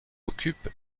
occupe